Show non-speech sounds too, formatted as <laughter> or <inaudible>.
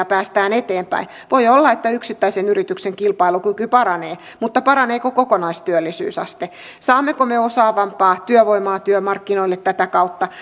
<unintelligible> päästään eteenpäin voi olla että yksittäisen yrityksen kilpailukyky paranee mutta paraneeko kokonaistyöllisyysaste saammeko me osaavampaa työvoimaa työmarkkinoille tätä kautta <unintelligible>